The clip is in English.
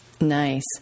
Nice